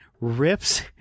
rips